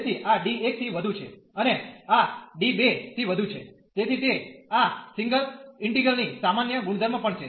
તેથી આ D1 થી વધુ છે અને આ D2 થી વધુ છે તેથી તે આ સિંગલ ઈન્ટિગ્રલ ની સામાન્ય ગુણધર્મ પણ છે